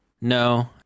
no